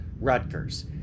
Rutgers